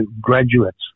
graduates